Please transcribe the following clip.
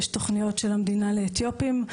יש תוכניות של המדינה לאתיופים,